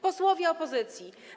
Posłowie Opozycji!